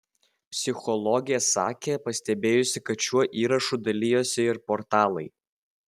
psichologė sakė pastebėjusi kad šiuo įrašu dalijosi ir portalai